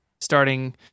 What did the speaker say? starting